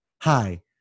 hi